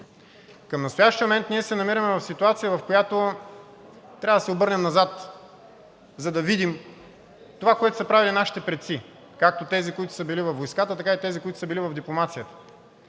Към настоящия момент ние се намираме в ситуация, в която трябва да се обърнем назад, за да видим това, което са правили нашите предци, както тези, които са били във войската, така и тези, които са били в дипломацията,